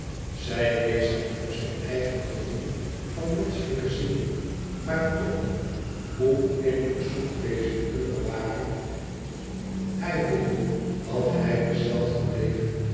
zij wees hem op zijn eigen gevoel van menschelijke ziel maar toch hoe innig zoet deze uren waren hij voelde dat hij de zelfde bleef